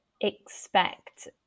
expect